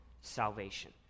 salvation